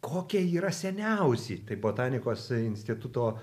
kokie yra seniausi tai botanikos instituto